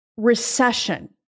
recession